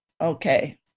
Okay